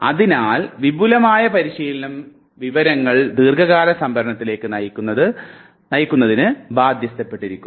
അതിനാൽ വിപുലമായ പരിശീലനം വിവരങ്ങൾ ദീർഘകാല സംഭരണത്തിലേക്ക് നയിക്കുന്നതിന് ബാധ്യസ്ഥപ്പെട്ടിരിക്കുന്നു